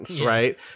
right